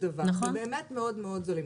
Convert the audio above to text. ובאמת מאוד מאוד זולים.